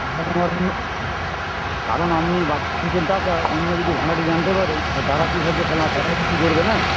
কারণ আপনি টাকা অন্য যদি ভাড়াটে জানতে পারে তাহলে তারা কী ভাববে তাহলে করবে না